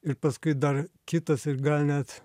ir paskui dar kitas ir gal net